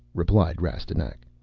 replied rastignac.